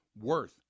worth